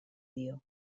dio